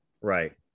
Right